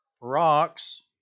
rocks